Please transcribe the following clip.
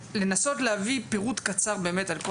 שמשרד החינוך יביא פירוט קצר על כל